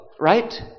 right